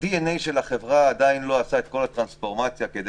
ה-DNA של החברה עדיין לא עשה את כל הטרנספורמציה כדי